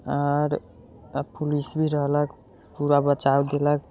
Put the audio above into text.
आओर पुलिस भी रहलक पूरा बचाव केलक